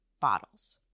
bottles